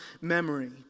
memory